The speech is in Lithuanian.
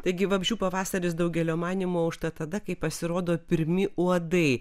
taigi vabzdžių pavasaris daugelio manymu aušta tada kai pasirodo pirmi uodai